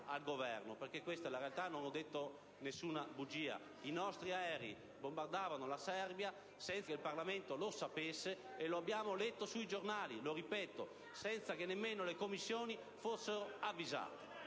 al Governo. Questa è la realtà, non ho detto nessuna bugia: i nostri aerei bombardavano la Serbia, senza che il Parlamento lo sapesse. Lo abbiamo letto sui giornali, lo ripeto, senza che nemmeno le Commissioni fossero state